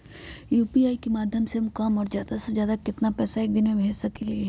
UPI के माध्यम से हम कम से कम और ज्यादा से ज्यादा केतना पैसा एक दिन में भेज सकलियै ह?